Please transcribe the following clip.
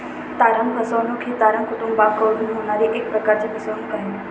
तारण फसवणूक ही तारण कुटूंबाकडून होणारी एक प्रकारची फसवणूक आहे